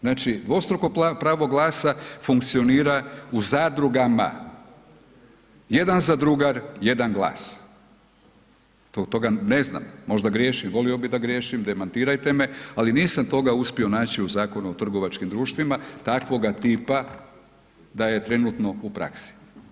Znači, dvostruko pravo glasa funkcionira u zadrugama, jedan zadrugar, jedan glas, toga ne znam, možda griješim, volio bi da griješim, demantirajte me, ali nisam toga uspio naći u Zakonu o trgovačkim društvima takvoga tipa da je trenutno u praksi.